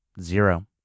Zero